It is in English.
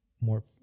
more